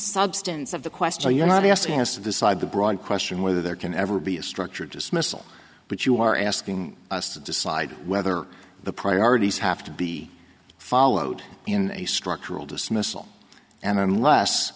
substance of the question you're not asking us to decide the broad question whether there can ever be a structured dismissal but you are asking us to decide whether the priorities have to be followed in a structural dismissal and unless